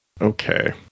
Okay